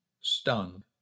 stung